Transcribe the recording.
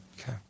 Okay